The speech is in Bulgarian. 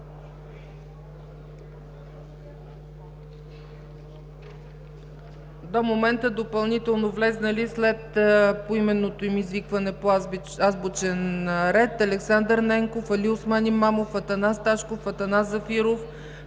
До момента допълнително влезли след поименното им извикване по азбучен ред: Александър Ненков, Алиосман Имамов, Атанас Ташков, Атанас Зафиров,